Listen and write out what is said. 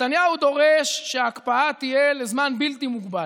נתניהו דורש שההקפאה תהיה לזמן בלתי מוגבל,